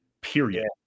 period